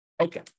Okay